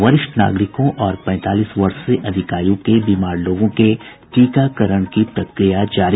वरिष्ठ नागरिकों और पैंतालीस वर्ष से अधिक आयु के बीमार लोगों के टीकाकरण की प्रक्रिया जारी